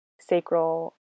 sacral